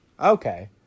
Okay